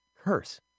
curse